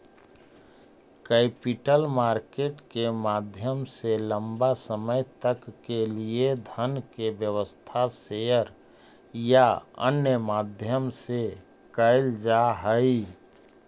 capital market के माध्यम से लंबा समय तक के लिए धन के व्यवस्था शेयर या अन्य माध्यम से कैल जा हई